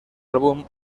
álbum